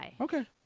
Okay